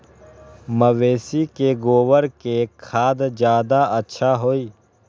मवेसी के गोबर के खाद ज्यादा अच्छा होई?